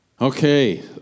Okay